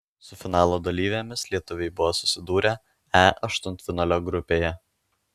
su finalo dalyvėmis lietuviai buvo susidūrę e aštuntfinalio grupėje